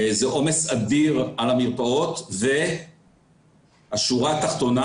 זה עומס אדיר על המרפאות והשורה התחתונה,